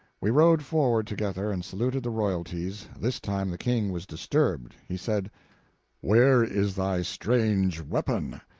we rode forward together, and saluted the royalties. this time the king was disturbed. he said where is thy strange weapon?